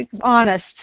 Honest